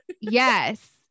Yes